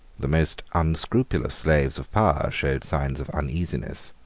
the most unscrupulous slaves of power showed signs of uneasiness.